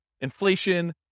inflation